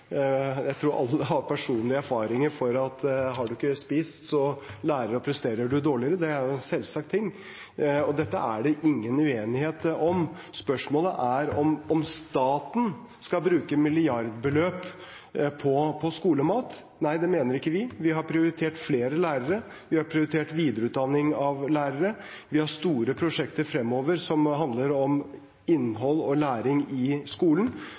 Jeg tror alle har personlig erfaring for at har du ikke spist, lærer du og presterer du dårligere. Det er en selvsagt ting. Dette er det ingen uenighet om. Spørsmålet er om staten skal bruke milliardbeløp på skolemat. Nei, det mener ikke vi. Vi har prioritert flere lærere, vi har prioritert videreutdanning av lærere, vi har store prosjekter fremover som handler om innhold og læring i skolen.